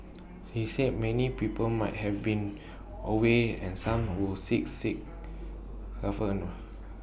she said many people might have been away and some sick sick